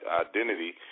identity